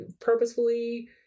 purposefully